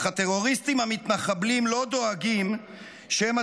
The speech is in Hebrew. אך הטרוריסטים המתנחבלים לא דואגים שמא